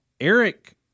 Eric